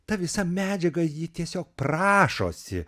ta visa medžiaga ji tiesiog prašosi